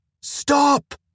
Stop